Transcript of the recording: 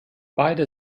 beide